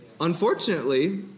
unfortunately